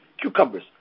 cucumbers